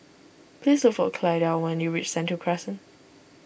please look for Clyda when you reach Sentul Crescent